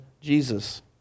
Jesus